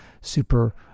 super